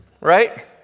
right